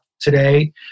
today